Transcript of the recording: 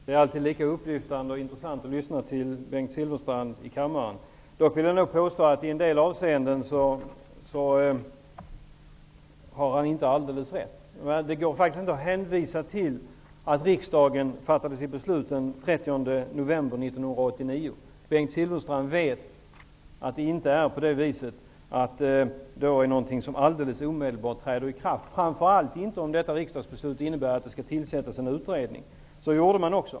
Herr talman! Det är alltid lika upplyftande och intressant att lyssna till Bengt Silfverstrand i kammaren. Dock vill jag nog påstå att i en del avseenden har han inte alldeles rätt. Det går faktiskt inte att hänvisa till att riksdagen fattade sitt beslut den 30 november 1989. Bengt Silfverstrand vet att det inte var fråga om något som alldeles omedelbart skulle träda i kraft, framför allt inte som detta riksdagsbeslut innebar att det skulle tillsättas en utredning. Så gjordes också.